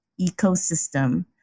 ecosystem